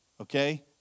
Okay